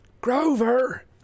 Grover